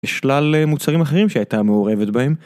בשלל מוצרים אחרים שהייתה מעורבת בהם.